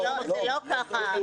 זה לא ככה,